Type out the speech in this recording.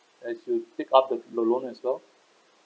as you pick up the loan as well